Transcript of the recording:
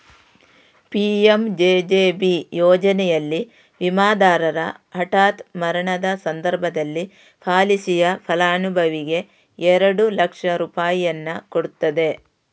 PMJJB ಯೋಜನೆನಲ್ಲಿ ವಿಮಾದಾರರ ಹಠಾತ್ ಮರಣದ ಸಂದರ್ಭದಲ್ಲಿ ಪಾಲಿಸಿಯ ಫಲಾನುಭವಿಗೆ ಎರಡು ಲಕ್ಷ ರೂಪಾಯಿಯನ್ನ ಕೊಡ್ತದೆ